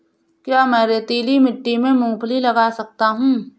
क्या मैं रेतीली मिट्टी में मूँगफली लगा सकता हूँ?